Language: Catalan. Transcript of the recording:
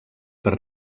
per